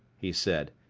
he said.